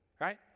right